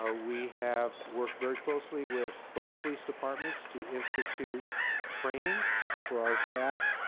ah we have worked very closely with both police departments to institute training for our staff,